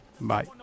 Bye